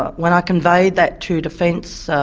when i conveyed that to defence, so